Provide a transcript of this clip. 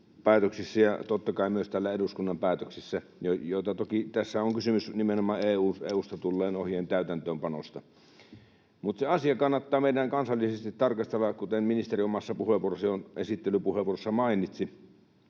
päätöksissä kuin totta kai myös täällä eduskunnan päätöksissä, ja toki tässä on kysymys nimenomaan EU:sta tulleen ohjeen täytäntöönpanosta. Mutta se asia kannattaa meidän kansallisesti tarkastella, kuten ministeri omassa esittelypuheenvuorossaan mainitsi.